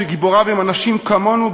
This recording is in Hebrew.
וגיבוריו הם אנשים כמונו,